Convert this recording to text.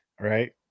Right